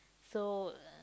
so